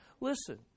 listen